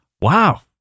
Wow